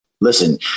listen